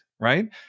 right